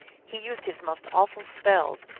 he used his most awful spells,